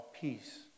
peace